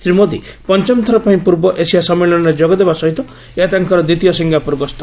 ଶ୍ରୀ ମୋଦି ପଞ୍ଚମଥର ପାଇଁ ପୂର୍ବ ଏସିଆ ସମ୍ମିଳନୀରେ ଯୋଗ ଦେବା ସହିତ ଏହା ତାଙ୍କର ଦ୍ୱିତୀୟ ସିଙ୍ଗାପୁର ଗସ୍ତ